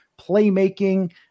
playmaking